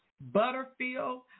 Butterfield